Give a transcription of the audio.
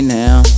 now